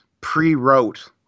pre-wrote